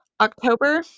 October